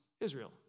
Israel